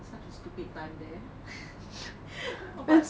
such a stupid time there oh but